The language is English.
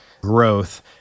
growth